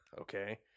Okay